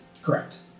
Correct